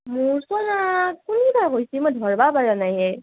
মূৰ্চনা কুনি বা কৈছে মই ধৰিব পৰা নাই এ